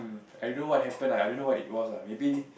I don't know what happen ah I don't know what it was ah maybe